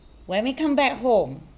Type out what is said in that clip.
when we come back home